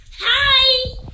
hi